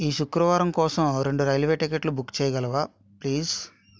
ఈ శుక్రవారము కోసం రెండు రైల్వే టికెట్లు బుక్ చేయగలవా ప్లీజ్